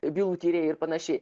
bylų tyrėjai ir panašiai